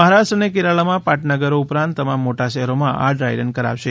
મહારાષ્ટ્ર અને કેરાલામાં પાટનગરો ઉપરાંત તમામ મોટા શહેરોમાં આ ડ્રાય રન કરાશે